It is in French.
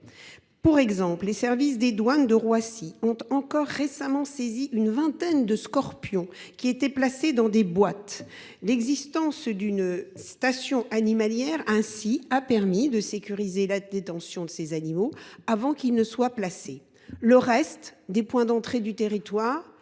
Par exemple, les services des douanes de Roissy ont encore récemment saisi une vingtaine de scorpions, qui étaient placés dans des boîtes. L’existence d’une station animalière a permis de sécuriser la détention de ces animaux, avant qu’ils ne soient placés. Le reste des points d’entrée du territoire